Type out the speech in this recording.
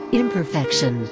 imperfection